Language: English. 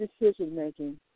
decision-making